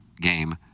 game